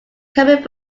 comic